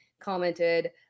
commented